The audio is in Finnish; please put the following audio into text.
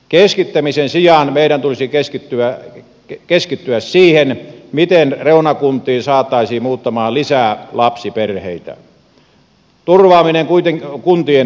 keskittämisen sijaan meidän tulisi keskittyä siihen miten reunakuntiin saataisiin muuttamaan lisää lapsiperheitä turvaamaan kuntien tulevaisuutta